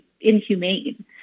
inhumane